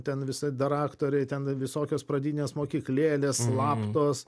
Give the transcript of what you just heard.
ten visi daraktoriai ten visokios pradinės mokyklėlės slaptos